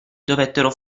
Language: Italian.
dovettero